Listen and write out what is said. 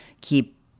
keep